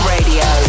Radio